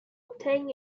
obtain